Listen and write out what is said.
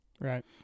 Right